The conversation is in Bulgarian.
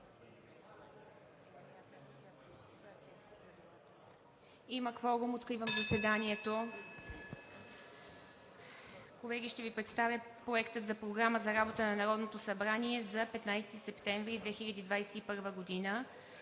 Има кворум, откривам заседанието. (Звъни.) Колеги, ще Ви представя Проекта на програма за работата на Народното събрание за 15 септември 2021 г.: „1.